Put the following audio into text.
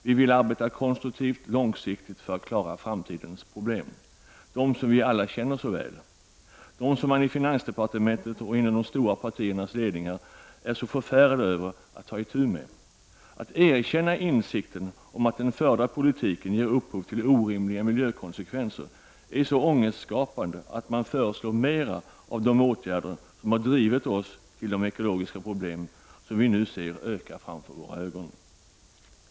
Vi vill arbeta konstruktivt och långsiktigt för att klara framtidens problem, de problem som vi alla känner så väl, de problem som man i finansdepartementet och inom de stora partiernas ledningar är så förfärad över att behöva ta itu med. Att erkänna insikten om att den förda politiken ger upphov till orimliga miljökonsekvenser är så ångestskapande att man föreslår mer av de åtgärder som har drivit oss till de ekologiska problem som vi nu ser växa framför våra ögon.